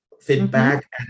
feedback